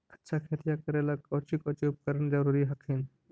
अच्छा खेतिया करे ला कौची कौची उपकरण जरूरी हखिन?